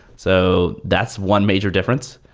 so that's one major difference.